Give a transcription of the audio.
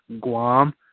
Guam